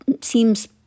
seems